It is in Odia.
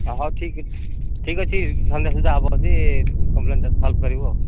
ହେଉ ହେଉ ଠିକ ଠିକ ଅଛି ସନ୍ଧ୍ୟା ସୁଦ୍ଧା ହେବ ଯଦି କମ୍ପ୍ଲେନଟା ସଲଭ୍ କରିବୁ ଆଉ